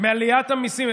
מעליית המיסים.